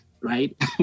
right